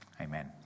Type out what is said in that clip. amen